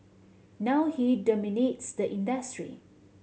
now he dominates the industry